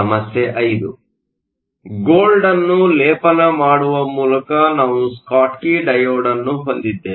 ಸಮಸ್ಯೆ 5 ಗೋಲ್ಡ್Gold ಅನ್ನು ಲೇಪನ ಮಾಡುವ ಮೂಲಕ ನಾವು ಸ್ಕಾಟ್ಕಿ ಡಯೋಡ್ ಅನ್ನು ಹೊಂದಿದ್ದೇವೆ